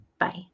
Bye